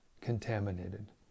contaminated